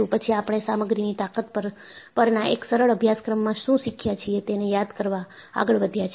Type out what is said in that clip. પછી આપણે સામગ્રીની તાકત પરના એક સરળ અભ્યાસક્રમમાં શું શીખ્યા છીએ તેને યાદ કરવા આગળ વધ્યા છીએ